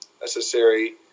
necessary